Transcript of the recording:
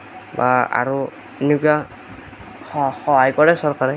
আৰু এনেকুৱা স সহায় কৰে